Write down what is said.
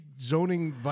zoning